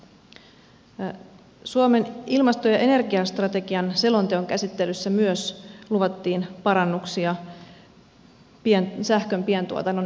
myös suomen ilmasto ja energiastrategian selonteon käsittelyssä luvattiin parannuksia sähkön pientuotannon edistämiseksi